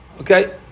Okay